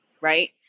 right